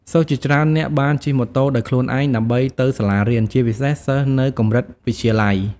សិស្សជាច្រើននាក់បានជិះម៉ូតូដោយខ្លួនឯងដើម្បីទៅសាលារៀន ជាពិសេសសិស្សនៅកម្រិតវិទ្យាល័យ។